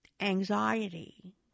anxiety